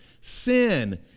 Sin